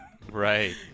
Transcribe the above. Right